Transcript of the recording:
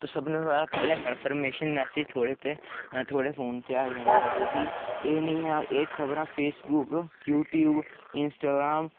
तां सभनें कोला पैह्लें कन्फर्मेशन मैसेज थुआढ़े उत्थै थुआढ़े फोन उत्थै आई जंदा ऐ ते प्ही एह् निं ऐ एह् खबरां फेसबुक यू ट्यूब इंस्टाग्राम